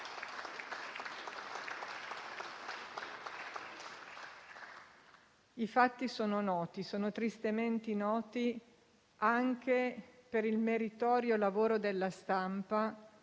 I fatti sono noti, sono tristemente noti, anche per il meritorio lavoro della stampa,